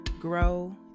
grow